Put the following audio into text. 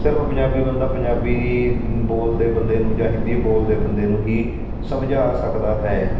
ਸਿਰਫ ਪੰਜਾਬੀ ਬੰਦਾ ਪੰਜਾਬੀ ਬੋਲਦੇ ਬੰਦੇ ਨੂੰ ਜਾਂ ਹਿੰਦੀ ਬੋਲਦੇ ਬੰਦੇ ਨੂੰ ਹੀ ਸਮਝਾ ਸਕਦਾ ਹੈ